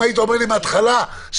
אם היית אומר לי מהתחלה שעשיתם,